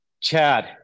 Chad